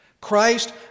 Christ